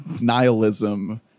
nihilism